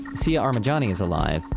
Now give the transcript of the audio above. siah armajani is alive,